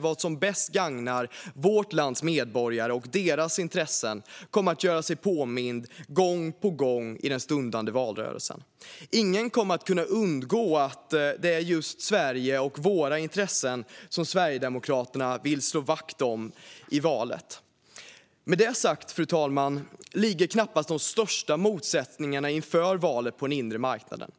vad som bäst gagnar vårt lands medborgare och deras intressen kommer att göra sig påmind gång på gång i den stundande valrörelsen. Det kommer inte att undgå någon att det är just Sverige och våra intressen som Sverigedemokraterna vill slå vakt om i valet. Med det sagt, fru talman, ligger knappast de största motsättningarna inför valet på den inre marknaden.